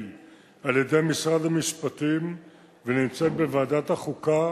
על-ידי משרד המשפטים ונמצאת בוועדת החוקה,